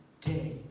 day